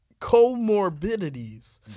comorbidities